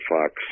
Fox